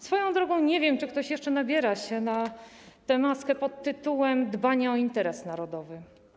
Swoją drogą nie wiem, czy ktoś jeszcze nabiera się na tę maskę pod tytułem: dbanie o interes narodowy.